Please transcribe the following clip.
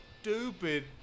stupid